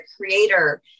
creator